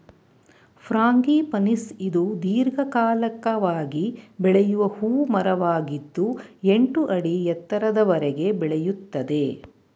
frangipanis ಇದು ದೀರ್ಘಕಾಲಿಕವಾಗಿ ಬೆಳೆಯುವ ಹೂ ಮರವಾಗಿದ್ದು ಎಂಟು ಅಡಿ ಎತ್ತರದವರೆಗೆ ಬೆಳೆಯುತ್ತದೆ